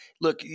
look